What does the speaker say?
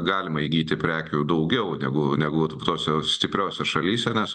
galima įgyti prekių daugiau negu negu tose stipriose šalyse nes